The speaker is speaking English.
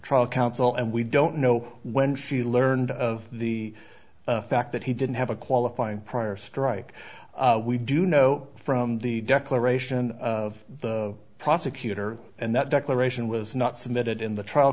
trial counsel and we don't know when she learned of the fact that he didn't have a qualifying prior strike we do know from the declaration of the prosecutor and that declaration was not submitted in the trial